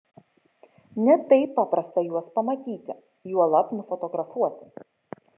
ne taip paprasta juos pamatyti juolab nufotografuoti